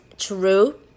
true